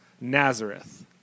Nazareth